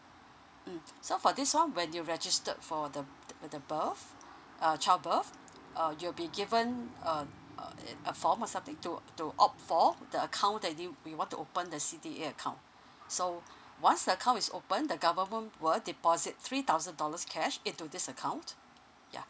mm so for this one when you registered for the the birth child birth uh you'll be given uh a form or something to to opt for the account that you we want to open the C_D_A account so once the account is opened the government will deposit three thousand dollars cash in to this account ya